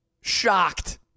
shocked